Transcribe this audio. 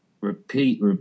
repeat